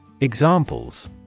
Examples